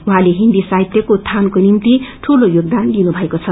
उहाँले हिन्दी साहितयको उतीनको निम्ति दूलो योगदान दिनुभएको छ